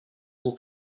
will